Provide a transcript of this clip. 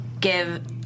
give